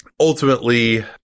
ultimately